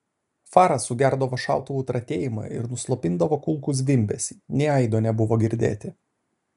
fara sugerdavo šautuvų tratėjimą ir nuslopindavo kulkų zvimbesį nė aido nebuvo girdėti